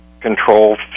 control